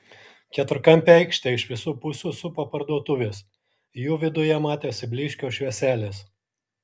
keturkampę aikštę iš visų pusių supo parduotuvės jų viduje matėsi blyškios švieselės